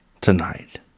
tonight